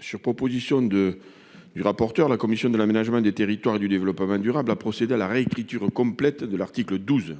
sur proposition de du rapporteur de la commission de l'aménagement du territoire et du développement durable, a procédé à la réécriture complète de l'article 12